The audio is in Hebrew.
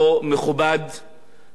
והוא לא אחראי מצד הממשלה,